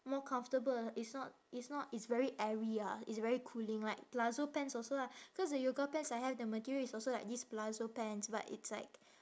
more comfortable it's not it's not it's very airy ah it's very cooling like palazzo pants also lah cause the yoga pants I have the material is also like this palazzo pants but it's like